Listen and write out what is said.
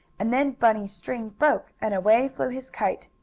and then bunny's string broke, and away flew his kite.